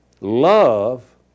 Love